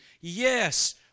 yes